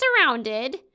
surrounded